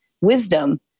wisdom